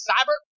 Cyber